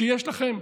שיש לכם?